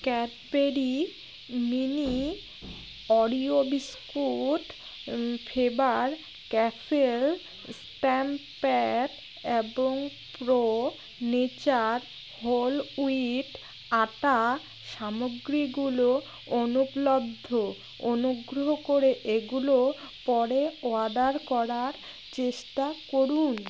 Cadbury mini Oreo biscuit Faber Castell stamp pad এবং Pro Nature whole wheat atta সামগ্রীগুলো অনুপলব্ধ অনুগ্রহ করে এগুলো পরে অর্ডার করার চেষ্টা করুন